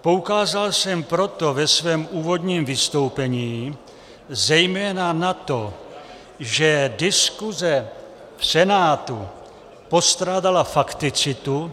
Poukázal jsem proto ve svém úvodním vystoupení, zejména na to, že diskuse v Senátu postrádala fakticitu